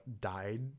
died